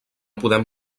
podem